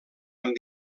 amb